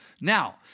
Now